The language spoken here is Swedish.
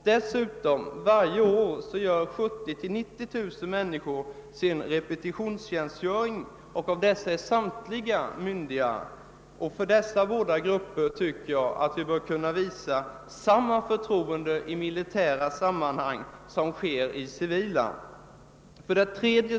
Dessutom fullgör 70 000—90 000 människor repetitionstjänstgöring varje år, och av dem är samtliga myndiga. Jag tycker att vi bör kunna visa dessa båda grupper samma förtroende i militära som i civila sammanhang.